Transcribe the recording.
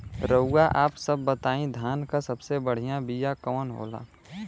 रउआ आप सब बताई धान क सबसे बढ़ियां बिया कवन होला?